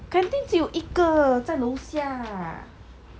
canteen 只有一个在楼下